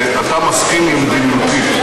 שאתה מסכים עם מדיניותי.